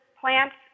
plants